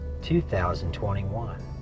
2021